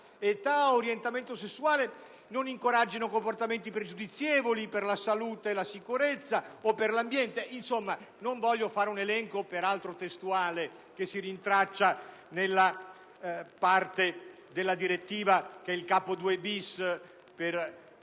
età ed orientamento sessuale e che non incoraggino comportamenti pregiudizievoli per la salute, la sicurezza o l'ambiente. Insomma, non voglio fare un elenco, peraltro testuale e che si rintraccia nel Capo 2-*bis* della direttiva, che per